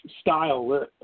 Style